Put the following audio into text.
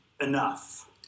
enough